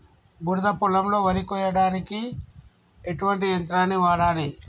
బురద పొలంలో వరి కొయ్యడానికి ఎటువంటి యంత్రాన్ని వాడాలి?